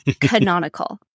canonical